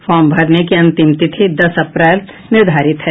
farm भरने की अंतिम तिथि दस अप्रैल निर्धारित है